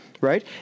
Right